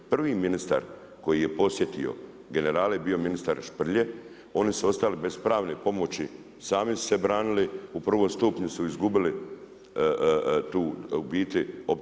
Prvi ministar koji je podsjetio generale je bio ministar Šprlje, oni su ostali bez pravne pomoći, sami su se branili u prvom stupnju su izgubili tu u biti.